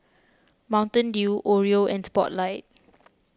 Mountain Dew Oreo and Spotlight